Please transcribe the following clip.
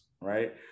right